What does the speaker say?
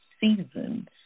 seasons